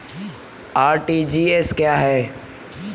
RTGS क्या है?